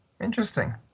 Interesting